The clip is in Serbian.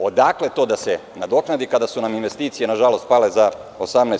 Odakle to da se nadoknadi kada su nam investicije pale za 18%